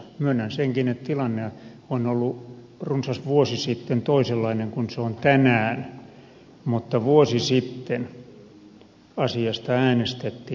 myönnän senkin että tilanne on ollut runsas vuosi sitten toisenlainen kuin se on tänään mutta vuosi sitten asiasta äänestettiin